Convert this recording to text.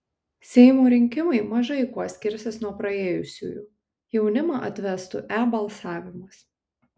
seimo rinkimai mažai kuo skirsis nuo praėjusiųjų jaunimą atvestų e balsavimas